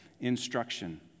instruction